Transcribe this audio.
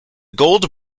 gold